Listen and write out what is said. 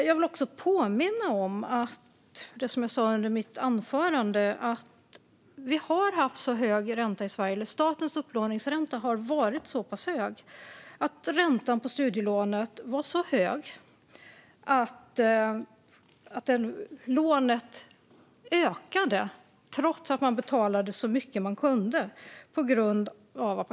Jag vill också påminna om det jag sa i mitt anförande: Statens upplåningsränta har varit så pass hög i Sverige att räntan på studielånet blev så hög att skulden ökade trots att man betalade så mycket man kunde.